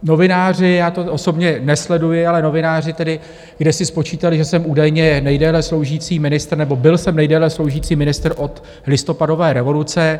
Novináři, já to osobně nesleduji, ale novináři tedy kdesi spočítali, že jsem údajně nejdéle sloužící ministr, nebo byl jsem nejdéle sloužící ministr od listopadové revoluce.